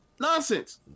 nonsense